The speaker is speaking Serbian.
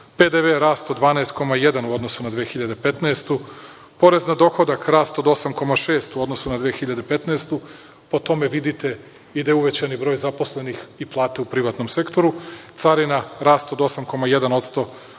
PDV rast od 12,1 u odnosu na 2015. godinu, porez na dohodak rast od 8,6 u odnosu na 2015. godinu. Po tome vidite i da je uvećan broj zaposlenih i plate u privatnom sektoru, carina rast od 8,1%